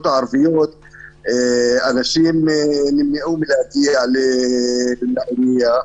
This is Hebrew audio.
הערביות זה שאנשים נמנעו מלהגיע לעירייה,